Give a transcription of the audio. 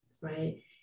Right